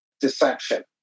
deception